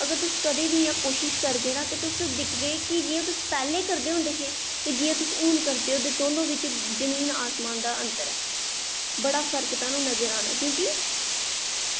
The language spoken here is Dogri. अगर तुस कदें बी कोशिश करगे ना तुस दिक्खगे कि जि'यां तुस पैह्लें करदे होंदे हे ते जि'यां तुस हून करदे ते ओह्दे बिच्च जमीन आसमान दा अंतर ऐ बड़ा फर्क थाह्नूं नज़र आना क्योंकि